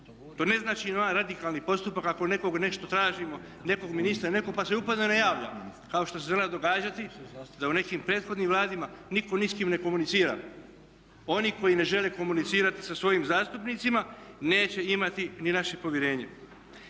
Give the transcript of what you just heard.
To ne znači novi radikalni postupak ako nekog nešto tražimo, nekog ministra ili nekog pa se uporno ne javljamo kao što se znalo događati da u nekim prethodnim vladama nitko ni s kim ne komunicira. Oni koji ne žele komunicirati sa svojim zastupnicima neće imati ni naše povjerenje.